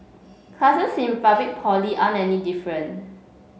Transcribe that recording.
classes in public Poly aren't any different